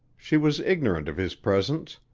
she was ignorant of his presence.